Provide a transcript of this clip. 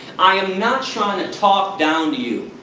i'm not trying to talk down to you,